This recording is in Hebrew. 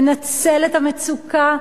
לנצל את המצוקה,